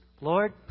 Lord